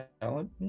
talent